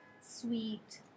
sweet